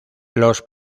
los